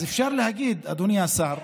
אז אפשר להגיד, אדוני השר,